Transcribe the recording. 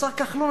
השר כחלון,